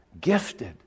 gifted